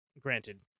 Granted